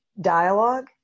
dialogue